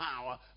power